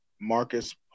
Marcus